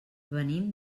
venim